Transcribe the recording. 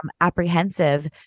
apprehensive